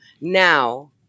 now-